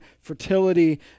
fertility